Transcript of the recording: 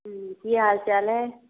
की हाल चाल अइ